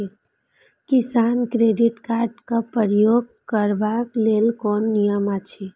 किसान credit card क प्रयोग करबाक लेल कोन नियम अछि?